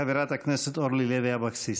חברת הכנסת אורלי לוי אבקסיס.